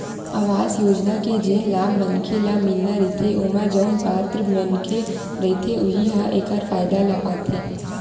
अवास योजना के जेन लाभ मनखे ल मिलना रहिथे ओमा जउन पात्र मनखे रहिथे उहीं ह एखर फायदा ल पाथे